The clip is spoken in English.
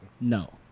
No